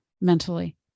mentally